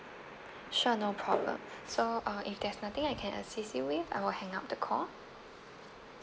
sure no problem so uh if there's nothing I can assist you with I will hang up the call